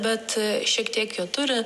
bet šiek tiek jo turi